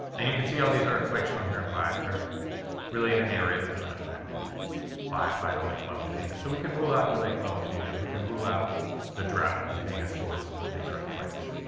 and you can see all these earthquakes shown here in black. they're really in an area that's unaffected by by the lake level changes. so we can rule out the lake level changes. we can rule out the drought as being a source of these earthquakes.